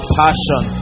passion